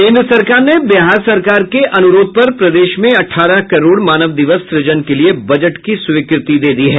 केंद्र सरकार ने बिहार सरकार के अनुरोध पर प्रदेश में अठारह करोड़ मानव दिवस सृजन के लिये बजट की स्वीकृति दे दी है